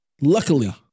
Luckily